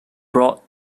brought